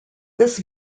this